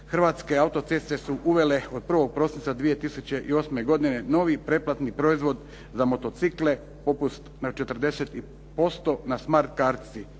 Hrvatske autoceste su uvele od 1. prosinca 2008. godine novi pretplatni proizvod za motocikle, popust za 40% na smart kartici.